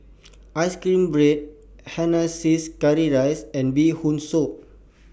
Ice Cream Bread Hainanese Curry Rice and Bee Hoon Soup